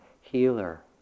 healer